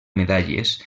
medalles